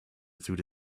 through